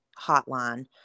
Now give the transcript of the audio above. hotline